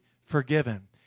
forgiven